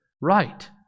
right